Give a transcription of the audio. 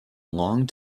long